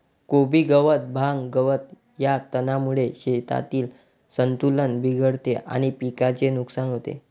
कोबी गवत, भांग, गवत या तणांमुळे शेतातील संतुलन बिघडते आणि पिकाचे नुकसान होते